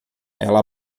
ela